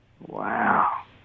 Wow